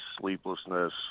sleeplessness